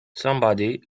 somebody